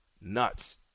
nuts